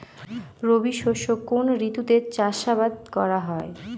রবি শস্য কোন ঋতুতে চাষাবাদ করা হয়?